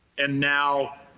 and now,